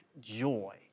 joy